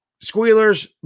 Squealers